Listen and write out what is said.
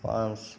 পাঁচ